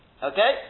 Okay